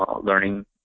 learning